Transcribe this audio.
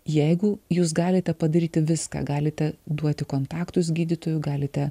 jeigu jūs galite padaryti viską galite duoti kontaktus gydytojų galite